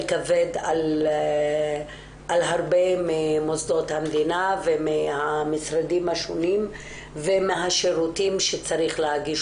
כבד על הרבה ממוסדות המדינה ומהמשרדים השונים ומהשירותים שצריך להגיש